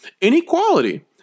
Inequality